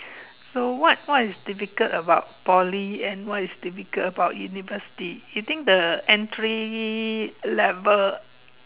so what what is difficult about Poly and what is difficult about university you think the entry level